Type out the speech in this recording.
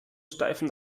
steifen